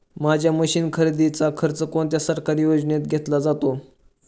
माझ्या मशीन खरेदीचा खर्च कोणत्या सरकारी योजनेत घेतला जातो?